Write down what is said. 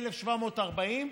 1,740,